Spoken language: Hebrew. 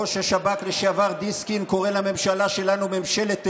ראש השב"כ לשעבר דיסקין קורא לממשלה שלנו ממשלת טרור,